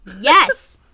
Yes